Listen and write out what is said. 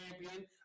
champion